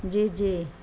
جی جی